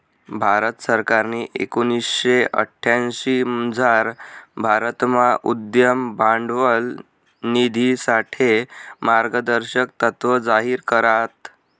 भारत सरकारनी एकोणीशे अठ्यांशीमझार भारतमा उद्यम भांडवल निधीसाठे मार्गदर्शक तत्त्व जाहीर करात